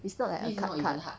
it's not like I a card card